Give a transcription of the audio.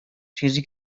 چیزی